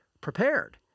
prepared